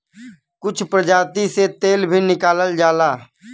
कुछ प्रजाति से तेल भी निकालल जाला